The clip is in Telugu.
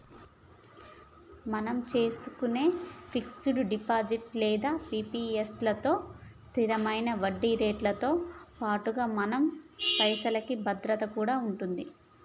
మనం చేసుకునే ఫిక్స్ డిపాజిట్ లేదా పి.పి.ఎస్ లలో స్థిరమైన వడ్డీరేట్లతో పాటుగా మన పైసలకి భద్రత కూడా ఉంటది